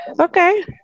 Okay